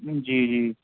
جی جی